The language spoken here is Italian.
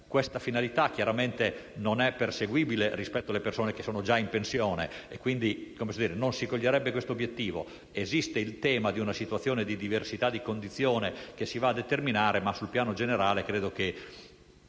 Questa finalità chiaramente non è perseguibile rispetto alle persone che sono già in pensione; quindi non si coglierebbe questo obiettivo. Esiste il tema di una diversità di condizione che si va a determinare, ma, sul piano generale, credo che